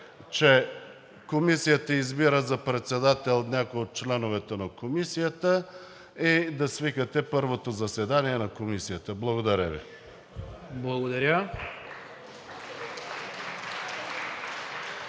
че Комисията избира за председател някой от членовете на Комисията и да свикате първото заседание на Комисията. Благодаря Ви.